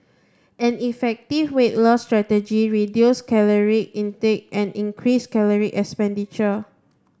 an effective weight loss strategy reduce caloric intake and increase caloric expenditure